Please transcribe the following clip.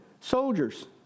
soldiers